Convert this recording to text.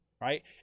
Right